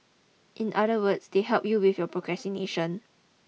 in other words they help you with your procrastination